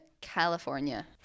California